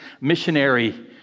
missionary